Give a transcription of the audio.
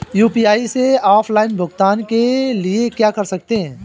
UPI से offline भुगतान के लिए क्या कर सकते हैं?